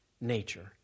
nature